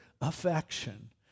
affection